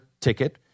ticket